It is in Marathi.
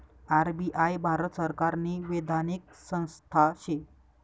आर.बी.आय भारत सरकारनी वैधानिक संस्था शे